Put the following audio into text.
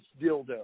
dildo